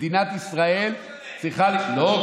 מדינת ישראל צריכה, לא משנה.